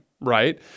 right